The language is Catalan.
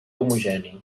homogeni